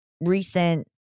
recent